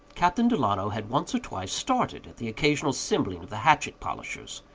captain delano had once or twice started at the occasional cymballing of the hatchet-polishers,